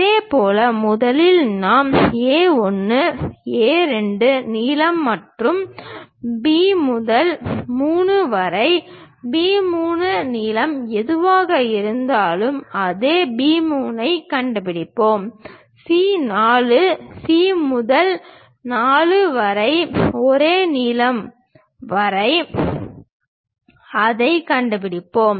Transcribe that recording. இதேபோல் முதலில் நாம் A 1 A 2 நீளம் மற்றும் B முதல் 3 வரை B 3 நீளம் எதுவாக இருந்தாலும் அதே B 3 ஐக் கண்டுபிடிப்போம் C 4 C முதல் 4 வரை ஒரே நீளம் வரை அதைக் கண்டுபிடிப்போம்